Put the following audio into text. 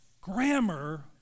grammar